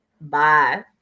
Bye